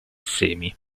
semi